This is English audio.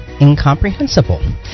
Incomprehensible